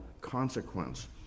consequence